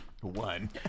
One